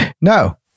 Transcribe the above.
No